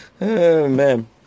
man